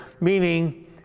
meaning